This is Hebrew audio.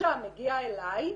כשאישה מגיעה אליי,